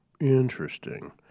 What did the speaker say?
Interesting